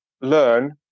learn